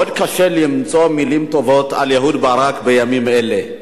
מאוד קשה למצוא מלים טובות על אהוד ברק בימים אלה,